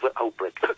outbreak